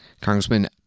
Congressman